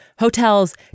Hotels